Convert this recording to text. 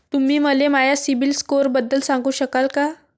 तुम्ही मले माया सीबील स्कोअरबद्दल सांगू शकाल का?